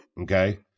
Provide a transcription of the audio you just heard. Okay